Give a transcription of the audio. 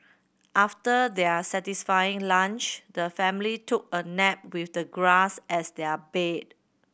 after their satisfying lunch the family took a nap with the grass as their bed